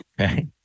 Okay